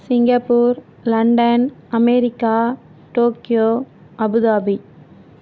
Singapore London America Tokyo Abu Dhabi